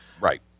Right